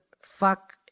Fuck